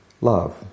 love